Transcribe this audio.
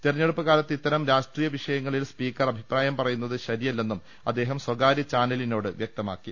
തെരഞ്ഞെടുപ്പ് കാലത്ത് ഇത്തരം രാഷ്ട്രീയ വിഷയങ്ങളിൽ സ്പീക്കർ അഭി പ്രായം പറയുന്നത് ശരിയല്ലെന്നും അദ്ദേഹം സ്വകാര്യ ചാനലി നോട് വ്യക്തമാക്കി